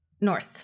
North